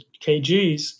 KGs